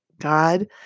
God